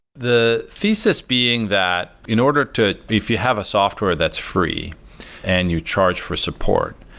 the thesis being that in order to if you have a software that's free and you charge for support,